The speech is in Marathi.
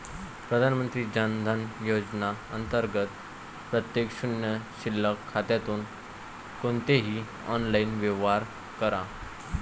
प्रधानमंत्री जन धन योजना अंतर्गत प्रत्येक शून्य शिल्लक खात्यातून कोणतेही ऑनलाइन व्यवहार करा